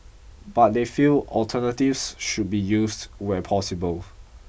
but they feel alternatives should be used where possible